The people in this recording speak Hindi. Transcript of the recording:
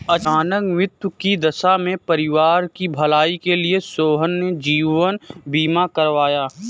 अचानक मृत्यु की दशा में परिवार की भलाई के लिए सोहन ने जीवन बीमा करवाया